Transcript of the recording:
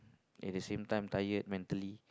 at the same time tired mentally